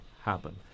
happen